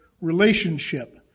relationship